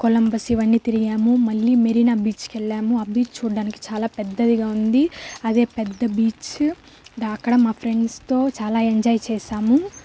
Columbus ఇవన్నీ తిరిగాము మళ్ళీ మెరీనా బీచ్కి వెళ్ళాము ఆ బీచ్ చూడడానికి చాలా పెద్దదిగా ఉంది అదే పెద్ద బీచ్ దా అక్కడ మా ఫ్రెండ్స్తో చాలా ఎంజాయ్ చేసాము